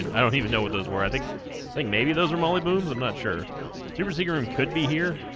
i don't even know what those were i think i think maybe those are molly booms i'm not sure super seeker room could be here